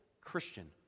Christian